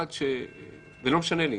אחד - ולא משנה לי,